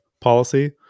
policy